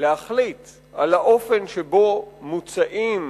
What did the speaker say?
להחליט על האופן שבו מוּצאים